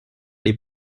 les